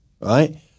right